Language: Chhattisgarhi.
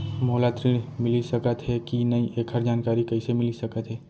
मोला ऋण मिलिस सकत हे कि नई एखर जानकारी कइसे मिलिस सकत हे?